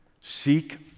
Seek